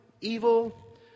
evil